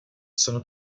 sono